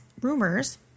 rumors